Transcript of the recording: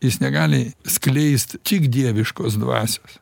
jis negali skleist tik dieviškos dvasios